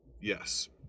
Yes